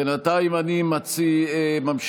בינתיים אני ממשיך.